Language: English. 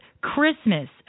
christmas